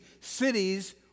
cities